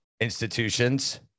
institutions